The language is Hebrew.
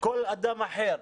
כל אדם אחר.